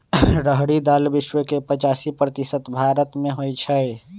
रहरी दाल विश्व के पचासी प्रतिशत भारतमें होइ छइ